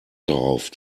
darauf